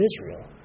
Israel